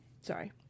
Sorry